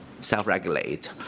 self-regulate